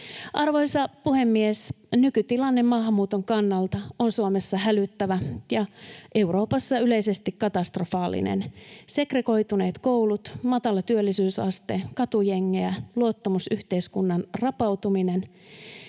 Arvoisa puhemies! Nykytilanne maahanmuuton kannalta on Suomessa hälyttävä ja Euroopassa yleisesti katastrofaalinen: segregoituneet koulut, matala työllisyysaste, katujengejä, luottamusyhteiskunnan rapautuminen,